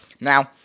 Now